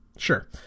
Sure